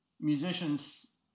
musicians